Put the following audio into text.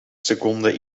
seconden